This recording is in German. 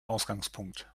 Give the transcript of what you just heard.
ausgangpunkt